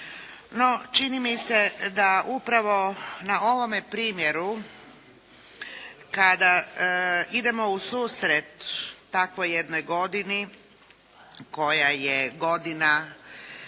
čini mi se da upravo na ovome primjeru kada idemo u susret takvoj jednoj godini koja je godina